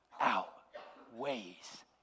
outweighs